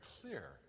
clear